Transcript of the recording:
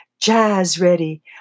jazz-ready